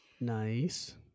Nice